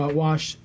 wash